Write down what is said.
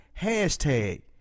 Hashtag